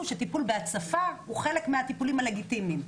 שטיפול בהצפה הוא חלק מהטיפולים הלגיטימיים.